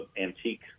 antique